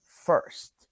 first